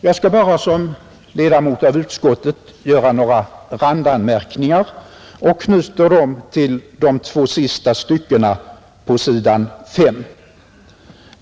Jag skall som ledamot av utskottet bara göra några randanmärkningar och knyter dem till de två sista styckena på s, 5.